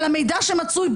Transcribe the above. על המידע שמצוי,